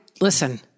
listen